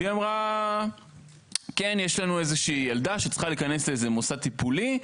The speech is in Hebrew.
והיא אמרה כן יש לנו איזושהי ילדה שצריכה להיכנס לאיזשהו מוסד טיפולי,